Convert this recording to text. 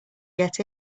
get